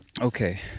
okay